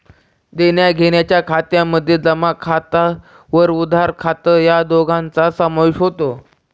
देण्याघेण्याच्या खात्यामध्ये जमा खात व उधार खात या दोघांचा समावेश होतो